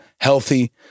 healthy